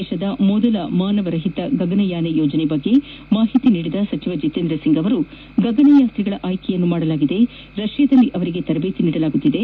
ಭಾರತದ ಮೊದಲ ಮಾನವರಹಿತ ಗಗನಯಾನ ಯೋಜನೆ ಬಗ್ಗೆ ಮಾಹಿತಿ ನೀಡಿದ ಸಚಿವ ಜಿತೇಂದ್ರ ಸಿಂಗ್ ಗಗನಯಾತ್ರಿಗಳ ಆಯ್ಕೆಯನ್ನು ಮಾಡಲಾಗಿದ್ದು ರಷ್ಯಾದಲ್ಲಿ ಅವರಿಗೆ ತರಬೇತಿ ನೀಡಲಾಗುತ್ತಿದೆ